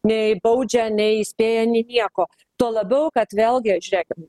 nei baudžia nei įspėja nei nieko tuo labiau kad vėlgi žiūrėkim